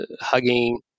hugging